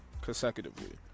consecutively